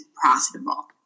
profitable